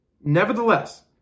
Nevertheless